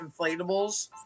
inflatables